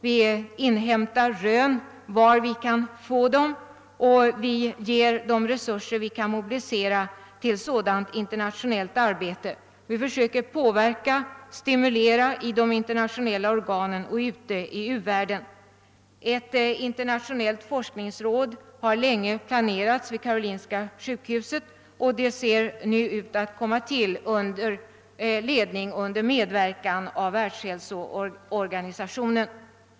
Vi gör rön och vi ger de resurser vi kan mobilisera åt internationellt arbete. Vi försöker påverka och stimulera i de internationella organen och ute i u-världen. Ett internationellt forskningsråd har länge planerats vid Karolinska sjukhuset, och det ser nu ut som om det skulle komma till under ledning och medverkan av Världshälsoorganisationen.